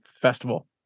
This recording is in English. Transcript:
festival